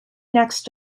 next